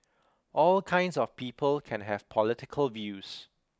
all kinds of people can have political views